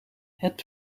het